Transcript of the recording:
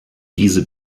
diese